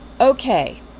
Okay